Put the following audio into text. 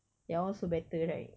that one also better right